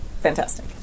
Fantastic